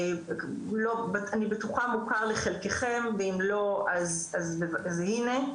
אני בטוחה מוכר לחלקכם ואם לא אז הנה,